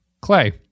clay